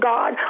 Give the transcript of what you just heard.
God